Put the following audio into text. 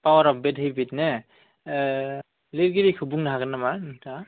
power of bad habit ने लिरगिरिखौ बुंनो हागोन नामा नोंथाङा